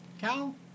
Cal